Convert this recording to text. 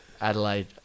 Adelaide